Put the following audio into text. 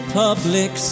public